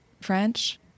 French